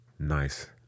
nice